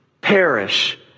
perish